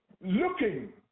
looking